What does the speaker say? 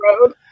road